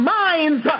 minds